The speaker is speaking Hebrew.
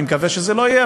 אני מקווה שזה לא יהיה,